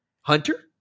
Hunter